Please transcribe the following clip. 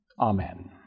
Amen